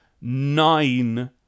Nine